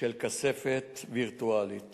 של כספת וירטואלית